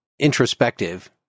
introspective